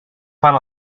fan